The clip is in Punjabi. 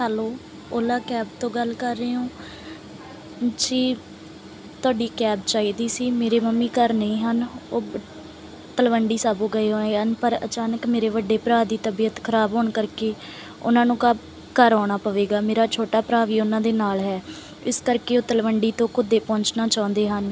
ਹੈਲੋ ਓਲਾ ਕੈਬ ਤੋਂ ਗੱਲ ਕਰ ਰਹੇ ਓਂ ਜੀ ਤੁਹਾਡੀ ਕੈਬ ਚਾਹੀਦੀ ਸੀ ਮੇਰੇ ਮੰਮੀ ਘਰ ਨਹੀਂ ਹਨ ਉਹ ਬ ਤਲਵੰਡੀ ਸਾਬੋ ਗਏ ਹੋਏ ਹਨ ਪਰ ਅਚਾਨਕ ਮੇਰੇ ਵੱਡੇ ਭਰਾ ਦੀ ਤਬੀਅਤ ਖ਼ਰਾਬ ਹੋਣ ਕਰਕੇ ਉਹਨਾਂ ਨੂੰ ਘਬ ਘਰ ਆਉਣਾ ਪਵੇਗਾ ਮੇਰਾ ਛੋਟਾ ਭਰਾ ਵੀ ਉਹਨਾਂ ਦੇ ਨਾਲ ਹੈ ਇਸ ਕਰਕੇ ਉਹ ਤਲਵੰਡੀ ਤੋਂ ਘੁਦੇ ਪਹੁੰਚਣਾ ਚਾਹੁੰਦੇ ਹਨ